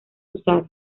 usar